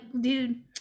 dude